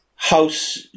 House